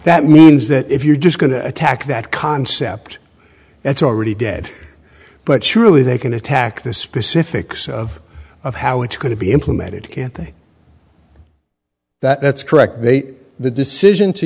that means that if you're just going to attack that concept that's already dead but surely they can attack the specifics of of how it's going to be implemented can't think that's correct they the decision to